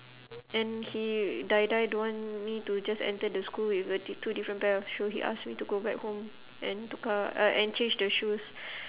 and he die die don't want me to just enter the school with uh t~ two different pair of shoe he ask me to go back home and tukar uh and change the shoes